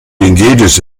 engages